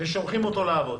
ושולחים אותו לעבוד,